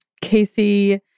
Casey